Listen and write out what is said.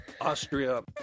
Austria